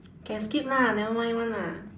can skip lah nevermind one lah